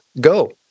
Go